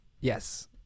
yes